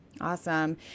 Awesome